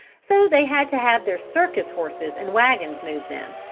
so they had to have their circus horses and wagons move them.